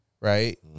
right